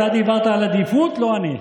אתה דיברת על עדיפות, לא אני.